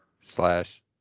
slash